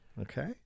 Okay